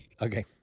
Okay